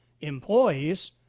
employees